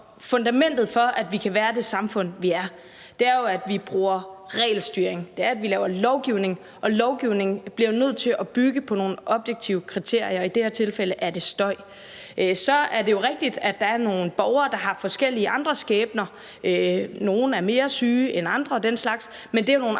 fundamentet for, at vi kan være det samfund, vi er, er jo, at vi bruger regelstyring, at vi laver lovgivning, og lovgivning bliver nødt til at bygge på nogle objektive kriterier, og i det her tilfælde er det støj, der er tale om. Så er det jo rigtigt, at der er nogle borgere, der har forskellige andre skæbner – hvor nogle er mere syge end andre og den slags – men det er jo nogle andre